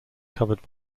covered